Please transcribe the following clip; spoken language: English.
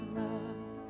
love